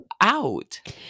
out